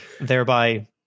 thereby